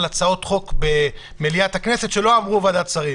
הצעות חוק במליאת הכנסת שלא עברו ועדת שרים,